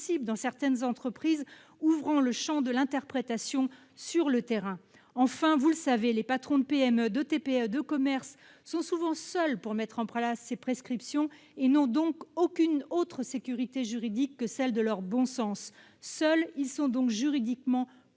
dans certaines entreprises, ouvrant le champ de l'interprétation sur le terrain. Enfin, les patrons de PME, de TPE et de commerce sont souvent seuls pour mettre en place ces prescriptions et n'ont donc aucune autre sécurité juridique que celle de leur bon sens. Seuls, ils sont juridiquement